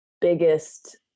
biggest